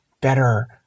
better